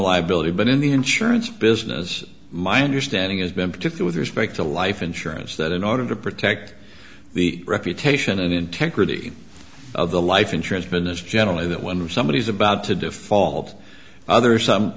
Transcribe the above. liability but in the insurance business my understanding has been particular with respect to life insurance that in order to protect the reputation and integrity of the life insurance business generally that when somebody is about to default other